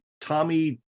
tommy